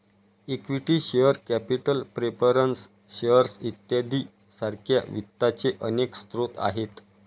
equity share capital preference shares इत्यादी सारख्या वित्ताचे अनेक स्रोत आहेत